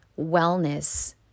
wellness